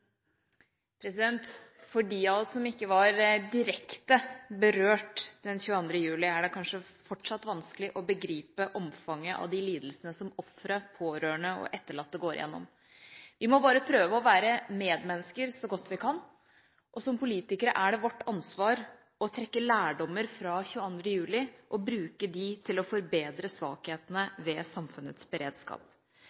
anledning. For dem av oss som ikke var direkte berørt den 22. juli, er det fortsatt vanskelig å begripe omfanget av de lidelsene som ofre, pårørende og etterlatte går igjennom. Vi må bare prøve å være medmennesker så godt vi kan, og som politikere er det vårt ansvar å trekke lærdommer fra 22. juli og bruke dem til å forbedre svakhetene